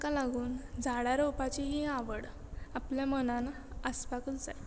ताका लागून झाडां रोवपाची ही आवड आपल्या मनान आसपाकूच जाय